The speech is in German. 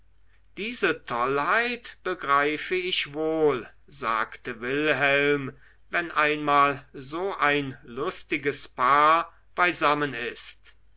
diese tollheit begreife ich wohl sagte wilhelm wenn einmal so ein lustiges paar beisammen ist